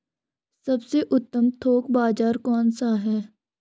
सबसे उत्तम थोक बाज़ार कौन सा है?